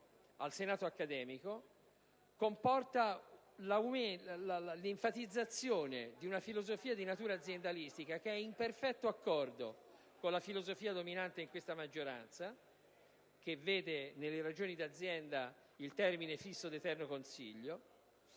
al senato accademico comporta l'enfatizzazione di una filosofia di natura aziendalsitica, che è in perfetto accordo con la filosofia dominante in questa maggioranza, che vede nelle ragioni di azienda il "termine fisso d'eterno consiglio".